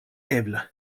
ebla